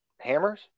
hammers